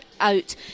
out